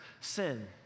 sin